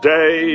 Day